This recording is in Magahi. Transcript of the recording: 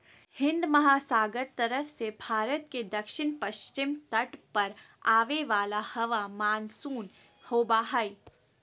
हिन्दमहासागर तरफ से भारत के दक्षिण पश्चिम तट पर आवे वाला हवा मानसून होबा हइ